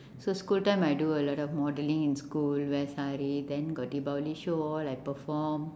so school time I do a lot of modelling in school wear sari then got deepavali show all I perform